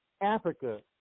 Africa